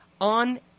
on